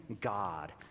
God